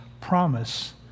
promise